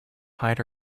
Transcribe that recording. hide